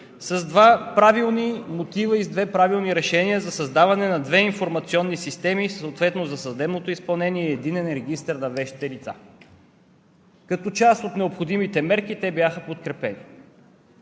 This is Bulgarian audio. с два правилни мотива и с две правилни решения за създаване на две информационни системи – съответно за съдебното изпълнение и единен регистър на вещите лица. Като част от необходимите мерки те бяха подкрепени.